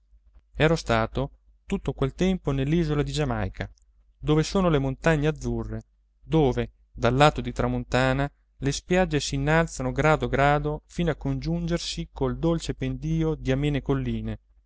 ero stato tutto quel tempo nell'isola di giamaica dove sono le montagne azzurre dove dal lato di tramontana le spiagge s'innalzano grado grado fino a congiungersi col dolce pendio di amene colline